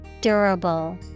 Durable